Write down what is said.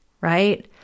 right